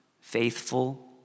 faithful